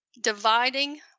dividing